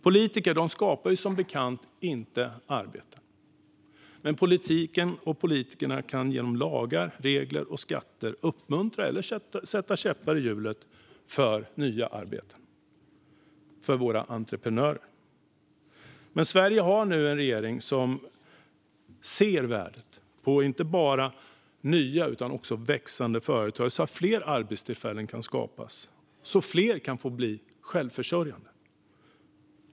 Politiker skapar som bekant inte arbete, men politiken och politikerna kan genom lagar, regler och skatter uppmuntra eller sätta käppar i hjulet för nya arbeten och för våra entreprenörer. Sverige har nu en regering som ser värdet av att vi inte bara får nya utan också växande företag så att fler arbetstillfällen kan skapas och fler kan få bli självförsörjande.